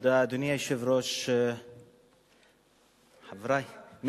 אדוני היושב-ראש, תודה, חברי, יש אחד.